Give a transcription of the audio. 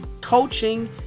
coaching